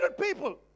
people